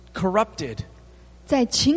corrupted